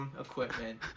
equipment